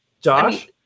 Josh